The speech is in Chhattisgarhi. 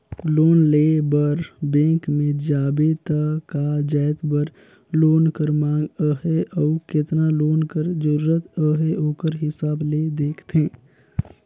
लोन लेय बर बेंक में जाबे त का जाएत बर लोन कर मांग अहे अउ केतना लोन कर जरूरत अहे ओकर हिसाब ले देखथे